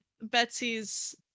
Betsy's